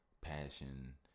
passion